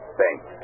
Thanks